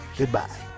Goodbye